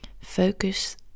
focus